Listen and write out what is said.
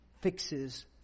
fixes